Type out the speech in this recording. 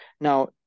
now